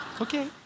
Okay